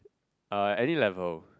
uh any level